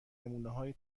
نمونههای